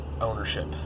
ownership